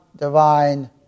divine